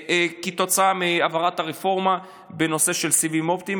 כתוצאה מהעברת הרפורמה בנושא של סיבים אופטיים,